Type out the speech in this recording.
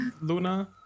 Luna